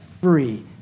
free